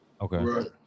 Okay